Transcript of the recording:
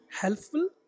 helpful